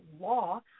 law